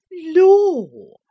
Law